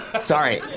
Sorry